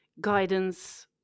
guidance